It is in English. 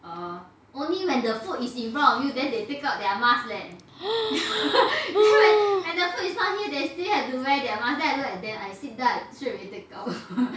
oh hmm err